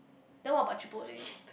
then what about Chipotle